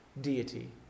deity